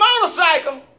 motorcycle